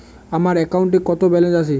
আমার অ্যাকাউন্টে কত ব্যালেন্স আছে?